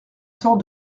sort